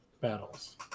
battles